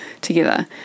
together